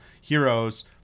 Heroes